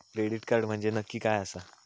Credit card म्हंजे नक्की काय आसा?